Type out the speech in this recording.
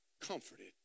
comforted